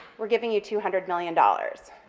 we're giving you two hundred million dollars.